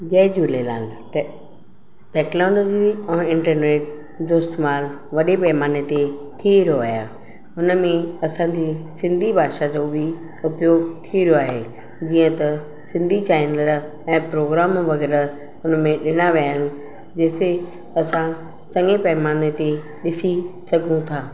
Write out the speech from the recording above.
जय झूलेलाल ट टेक्नोलॉजी ऐं इंटरनेट जो इस्तेमालु वॾे पैमाने ते थी रहियो आहे हुनमें असांजे सिंधी भाषा जो बि उपयोग थी रहियो आहे जीअं त सिंधी चैनल ऐं प्रोग्राम वग़ैरह हुन में ॾिना विया आहिनि जंहिं खे असां चङे पैमाने ते ॾिसी सघूं था